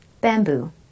bamboo